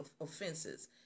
offenses